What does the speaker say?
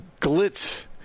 glitz